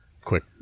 quick